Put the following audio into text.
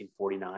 1949